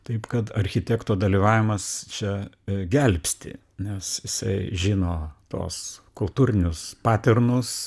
taip kad architekto dalyvavimas čia gelbsti nes jisai žino tuos kultūrinius paternus